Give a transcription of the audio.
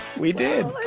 we did